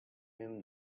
him